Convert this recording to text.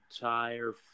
entire